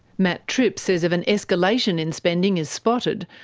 matt tripp says if an escalation in spending is spotted,